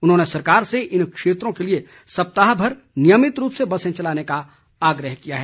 उन्होंने सरकार से इन क्षेत्रों के लिए सप्ताह भर नियमित रूप से बसें चलाने का आग्रह किया है